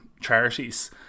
charities